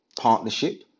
partnership